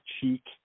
cheek